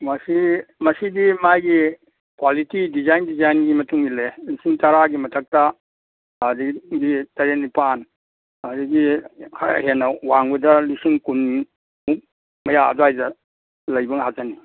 ꯃꯁꯤ ꯃꯁꯤꯗꯤ ꯃꯥꯒꯤ ꯀ꯭ꯋꯥꯂꯤꯇꯤ ꯗꯤꯖꯥꯏꯟ ꯗꯤꯖꯥꯏꯟꯒꯤ ꯃꯇꯨꯡ ꯏꯜꯂꯦ ꯂꯤꯁꯤꯡ ꯇꯔꯥꯒꯤ ꯃꯊꯛꯇ ꯑꯗꯒꯤꯗꯤ ꯇꯔꯦꯠ ꯅꯤꯄꯥꯟ ꯑꯗꯒꯤ ꯈꯔ ꯍꯦꯟꯅ ꯋꯥꯡꯕꯗ ꯂꯤꯁꯤꯡ ꯀꯨꯟꯃꯨꯛ ꯃꯌꯥ ꯑꯗꯥꯏꯗ ꯂꯩꯕ ꯉꯥꯛꯇꯅꯤ